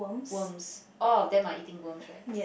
worms all of them are eating worms right